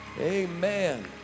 Amen